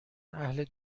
اهل